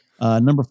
number